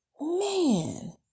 man